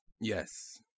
Yes